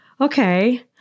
okay